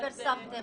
איך נדע שפרסמתם?